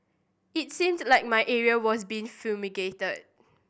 it seemed like my area was being fumigated